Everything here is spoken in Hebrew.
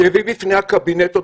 שהביא בפני הקבינט עוד